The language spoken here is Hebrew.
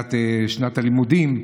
תחילת שנת הלימודים,